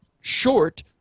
short